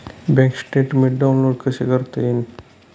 Bank statement download कसे करता येईल?